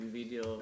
video